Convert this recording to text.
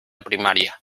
primaria